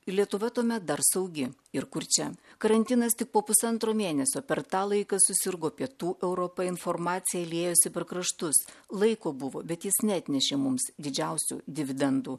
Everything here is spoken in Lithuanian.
lietuva tuomet dar saugi ir kurčia karantinas tik po pusantro mėnesio per tą laiką susirgo pietų europa informacija liejosi per kraštus laiko buvo bet jis neatnešė mums didžiausių dividendų